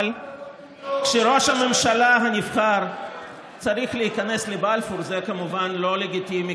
אבל כשראש הממשלה הנבחר צריך להיכנס לבלפור זה כמובן לא לגיטימי,